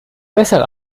bessere